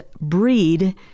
breed